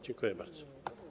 Dziękuję bardzo.